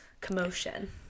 commotion